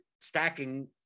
stacking